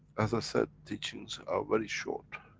as i said, teachings are very short,